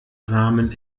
rahmen